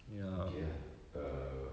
okay ah err